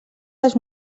les